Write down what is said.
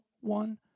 one